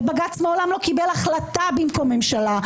ובג"ץ מעולם לא קיבל החלטה במקום ממשלה,